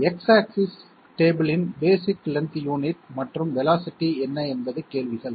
X axis table இன் basic length unit மற்றும் velocity என்ன என்பது கேள்விகள்